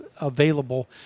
available